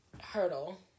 hurdle